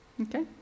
okay